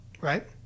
right